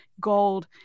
gold